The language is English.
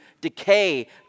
decay